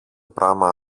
πράμα